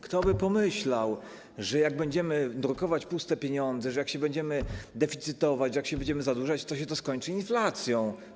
Kto by pomyślał, że jak będziemy drukować puste pieniądze, że jak się będziemy deficytować, jak się będziemy zadłużać, to się to skończy inflacją?